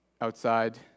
outside